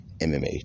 MMA